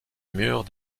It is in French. murs